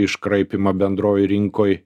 iškraipymą bendroj rinkoj